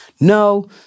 no